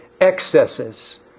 excesses